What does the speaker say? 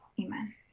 amen